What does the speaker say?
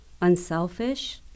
unselfish